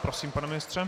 Prosím, pane ministře.